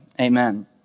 Amen